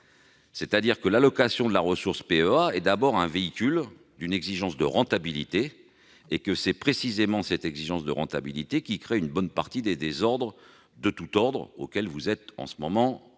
Ainsi, l'allocation de la ressource PEA est d'abord le véhicule d'une exigence de rentabilité. Or c'est précisément cette exigence de rentabilité qui crée une bonne partie des désordres de tous ordres auxquels vous êtes aujourd'hui confrontés.